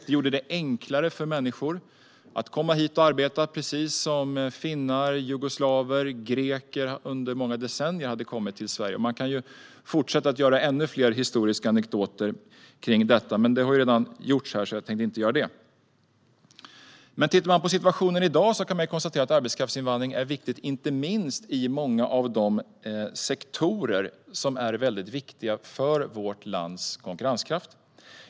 Det gjorde det enklare för människor att komma hit till Sverige och arbeta, precis som finnar, jugoslaver och greker under många decennier hade gjort. Man kan fortsätta med ännu fler historiska anekdoter kring detta, men det har redan gjorts här, så jag tänkte inte göra det. Men tittar man på situationen i dag kan man konstatera att arbetskraftsinvandring är viktigt inte minst i många av de sektorer som är väldigt viktiga för vårt lands konkurrenskraft.